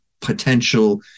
potential